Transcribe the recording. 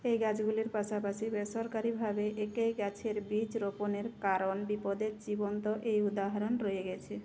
এই গাছগুলির পাশাপাশি বেসরকারিভাবে একই গাছের বীজ রোপণের কারণ বিপদের জীবন্ত এই উদাহরণ রয়ে গেছে